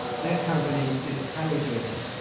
that company is halliburton,